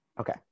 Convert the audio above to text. Okay